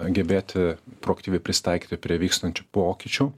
gebėti proaktyviai prisitaikyti prie vykstančių pokyčių